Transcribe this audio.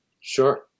Sure